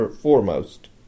foremost